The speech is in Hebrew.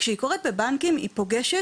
כשהיא קורית בבנקים, היא פוגשת